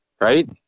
right